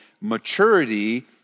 Maturity